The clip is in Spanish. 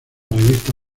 revista